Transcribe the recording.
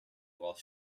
while